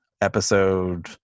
episode